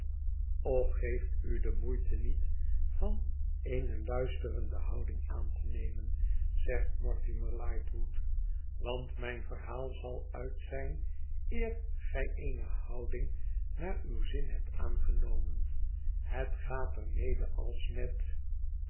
och geeft u de moeite niet van eene luisterende houding aan te nemen zegt mortimer lightwood iwant mijn verhaal zal uit zijn eer gij eene houding naar uw zin hebt aangenomen het gaat er mede als met